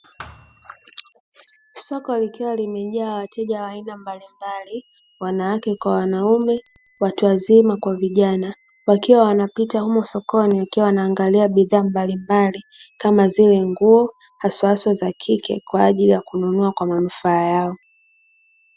Soko likiwa limejaa wateja wa aina mbalimbali, wanawake kwa wanaume, watu wazima kwa vijana wakiwa wanapita humo sokoni wakiwa wanaangalia bidhaa mbalimbali, kama zile nguo hasahasa za kike kwa ajili ya kununua kwa manufaa yao.